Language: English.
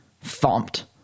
thumped